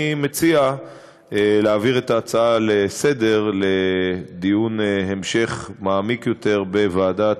אני מציע להעביר את ההצעה לסדר-היום לדיון המשך מעמיק יותר בוועדת,